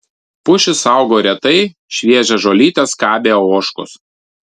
pušys augo retai šviežią žolytę skabė ožkos